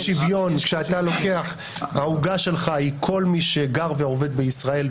בשוויון כשאתה לוקח והעוגה שלך היא כל מי שגר ועובד בישראל,